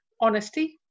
Honesty